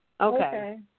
Okay